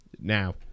Now